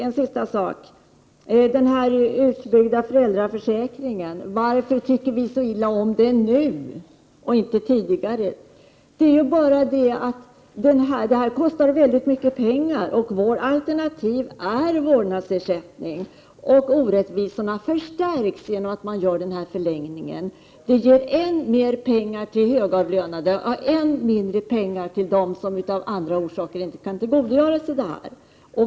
En sista sak som jag vill ta upp är frågan varför vi tycker så illa om den utbyggda föräldraförsäkringen nu, men inte tidigare. Det är bara det att den kostar väldigt mycket pengar och att orättvisorna förstärks genom denna förlängning. Försäkringen ger än mer pengar till högavlönade och än mindre pengar till dem som av olika orsaker inte kan tillgodogöra sig den.